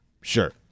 Sure